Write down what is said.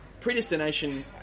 predestination